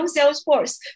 Salesforce